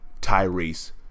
Tyrese